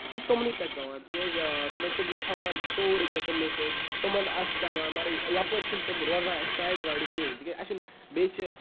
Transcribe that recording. سُہ چھُ تُمنٕے پیٚٹھ پیٚوان تکیازِ تُمَن تُم چھِ کھیٚوان سورُے کینٛہہ تُمنٕے سۭتۍ تِمَن آسہِ پیٚوان مگر یَپٲرۍ چھِنہٕ تِم روزان اَسہِ سایڈٕ وایڈٕ کِہیٖنۍ تکیازِ اَسہِ چھِنہٕ بییٚہ چھِ